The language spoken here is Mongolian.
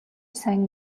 сайн